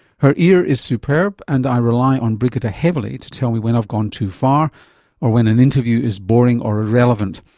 her ear is superb and i rely on brigitte heavily to tell me when i've gone too far or when an interview is boring or irrelevant,